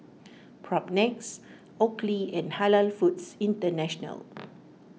Propnex Oakley and Halal Foods International